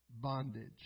bondage